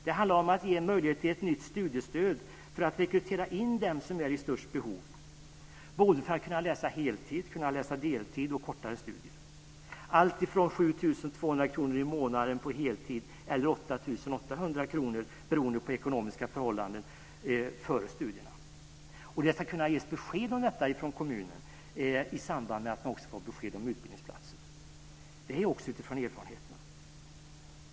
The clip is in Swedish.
Det handlar om att ge möjlighet till ett nytt studiestöd för att rekrytera dem som är i störst behov, så att de ska kunna läsa heltid, läsa deltid eller bedriva kortare studier. Stödet är på alltifrån 7 200 kr i månaden på heltid till 8 800 kr beroende på ekonomiska förhållanden före studierna. Och det ska kunna ges besked om detta från kommunerna i samband med att man får besked om utbildningsplats. Det är också något vi lärt av erfarenheterna.